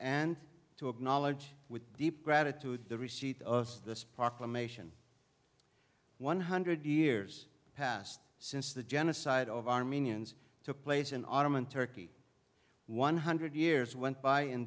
and to acknowledge with deep gratitude the receipt of this proclamation one hundred years passed since the genocide of armenians took place in autumn in turkey one hundred years went by in